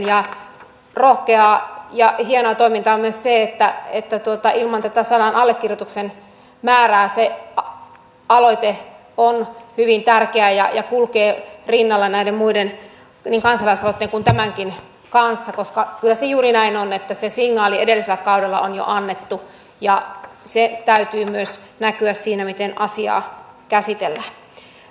ja rohkeaa ja hienoa toimintaa on myös se että ilman tätä sadan allekirjoituksen määrää se aloite on hyvin tärkeä ja kulkee näiden muiden rinnalla niin kansalaisaloitteen kuin tämänkin kanssa koska kyllä se juuri näin on että se signaali edellisellä kaudella on jo annettu ja sen täytyy myös näkyä siinä miten asiaa käsitellään